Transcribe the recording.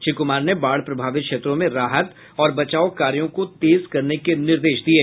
श्री कुमार ने बाढ़ प्रभावित क्षेत्रों में राहत और बचाव कार्यों को तेज करने के निर्देश दिये